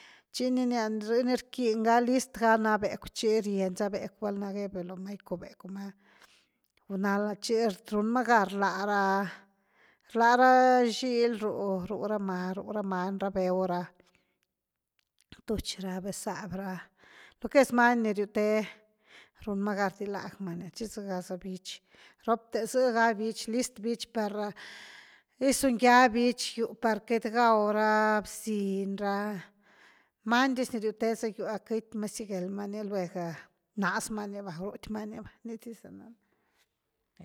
Chini niaa’ r-ni r>kiniga list ga na beku’ chi rien za beku’ valna gebiuu’ looma gykubeku’ma gunal, chi runma gan rlaraa’-rlaraa’ xili ru ru raama-ramaany ra beeu, ra túchi, ra beezâby ra lo que es maany ni riutee’ runmá gan rdilagma ni chi zgaza bichi ropte z>ga bichi list bichi per gysungya bichi giu’ par kat gau ra bsiny ra maandyz ni riuteza giu’ k>thima siguelma ni luegaa’ rnazmany va ruthimani va.